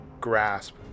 grasp